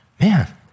Man